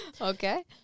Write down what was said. Okay